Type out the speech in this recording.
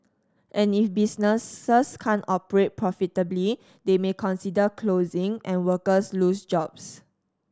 and if businesses can't operate profitably they may consider closing and workers lose jobs